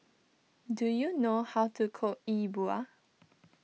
do you know how to cook Yi Bua